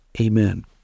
Amen